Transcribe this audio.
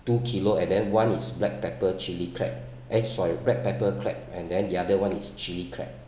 two kilo and then one is black pepper chili crab eh sorry black pepper crab and then the other [one] is chili crab